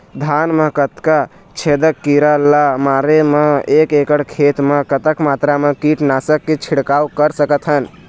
धान मा कतना छेदक कीरा ला मारे बर एक एकड़ खेत मा कतक मात्रा मा कीट नासक के छिड़काव कर सकथन?